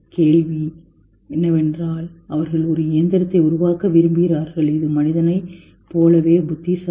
கேள்வி என்னவென்றால் அவர்கள் ஒரு இயந்திரத்தை உருவாக்க விரும்புகிறார்கள் இது மனிதனைப் போலவே புத்திசாலி